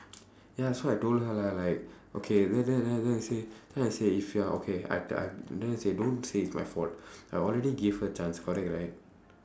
ya so I told her lah like okay then then then then I say then I say if you are okay I am I am don't say it's my fault I already give her chance correct right